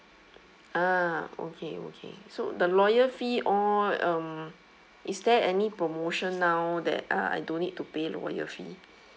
ah okay okay so the lawyer fee all um is there any promotion now that uh I don't need to pay lawyer fee